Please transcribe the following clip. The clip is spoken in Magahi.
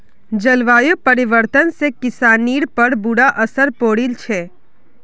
जलवायु परिवर्तन से किसानिर पर बुरा असर पौड़ील छे